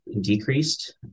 decreased